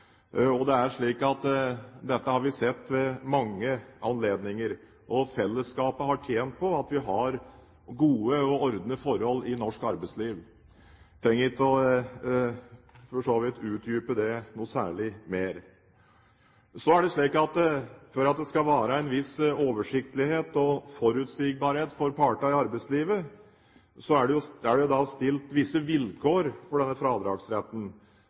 Dette har vi sett ved mange anledninger, og fellesskapet har tjent på at vi har gode og ordnede forhold i norsk arbeidsliv. Jeg trenger for så vidt ikke å utdype det noe særlig mer. For at det skal være en viss oversiktlighet og forutsigbarhet for partene i arbeidslivet, er det stilt visse vilkår for denne fradragsretten. Det